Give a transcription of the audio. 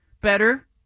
better